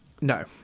No